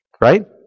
Right